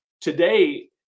Today